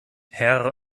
herr